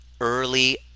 early